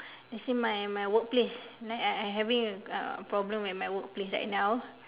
you see my my workplace I having a problem at my workplace right now